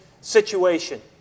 situation